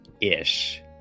ish